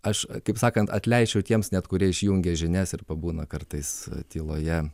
aš kaip sakant atleisčiau tiems net kurie išjungia žinias ir pabūna kartais tyloje